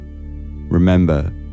Remember